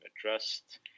addressed